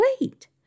Wait